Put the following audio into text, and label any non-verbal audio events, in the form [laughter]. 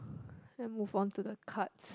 [breath] then move on to the cards